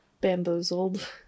Bamboozled